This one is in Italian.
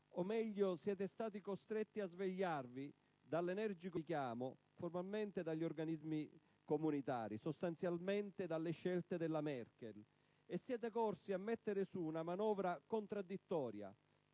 o meglio, siete stati costretti a svegliarvi dall'energico richiamo, formulato formalmente dagli organismi comunitari, sostanzialmente dalle scelte della Merkel, e siete corsi a mettere su una manovra contraddittoria: